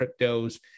cryptos